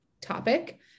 topic